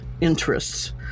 interests